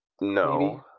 No